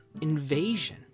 invasion